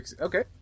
Okay